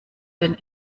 den